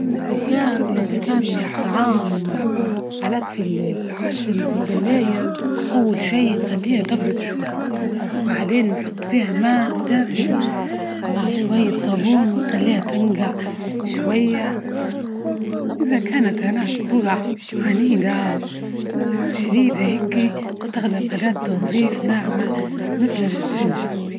إذا كان، إذا كان الطعام علاج في الفي- الفي الجلاية، أول شي نخليها تبرد شوي، وبعدين نحط فيها ماء دافئ، ومع شوية صابون ونخليها تنجع شوية. إذا كانت هناك بجع عنيدة و شديدة هيكي، استخدم أداة تنظيف ناعمة مثل السفنج.